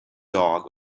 dog